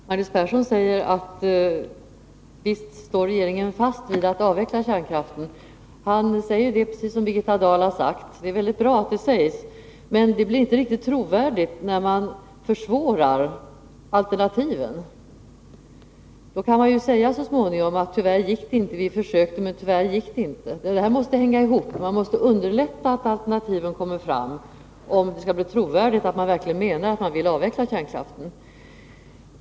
Herr talman! Magnus Persson säger att regeringen visst står fast vid att man skall avveckla kärnkraften. Han säger det, precis som Birgitta Dahl har gjort — det är mycket bra att det sägs. Men det blir inte riktigt trovärdigt när man försvårar alternativen. Då kan man så småningom säga att man försökte, men tyvärr gick det inte. Man måste underlätta för att alternativen skall komma fram, om det skall bli trovärdigt att man verkligen menar att man vill avveckla kärnkraften.